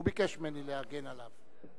הוא ביקש ממני להגן עליו.